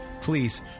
Please